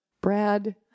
Brad